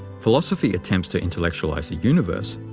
philosophy attempts to intellectualize the universe,